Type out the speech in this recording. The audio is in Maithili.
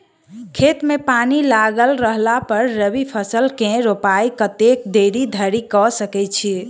खेत मे पानि लागल रहला पर रबी फसल केँ रोपाइ कतेक देरी धरि कऽ सकै छी?